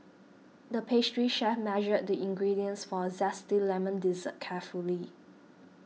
the pastry chef measured the ingredients for a Zesty Lemon Dessert carefully